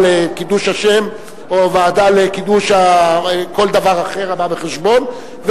לקידוש השם או ועדה לקידוש כל דבר אחר הבא בחשבון,